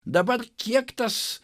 dabar kiek tas